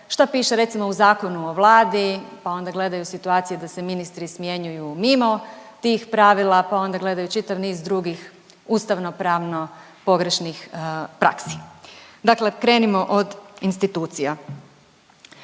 šta piše recimo u Zakonu o Vladi, pa onda gledaju situacije da se ministri smjenjuju mimo tih pravila, pa onda gledaju čitav niz drugih ustavnopravno pogrešnih praksi. Dakle krenimo od institucija,